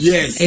Yes